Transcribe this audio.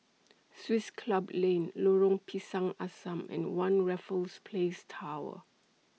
Swiss Club Lane Lorong Pisang Asam and one Raffles Place Tower